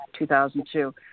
2002